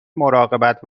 مراقبت